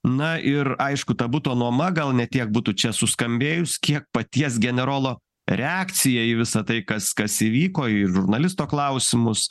na ir aišku ta buto nuoma gal ne tiek būtų čia suskambėjus kiek paties generolo reakcija į visa tai kas kas įvyko į žurnalisto klausimus